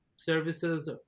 Services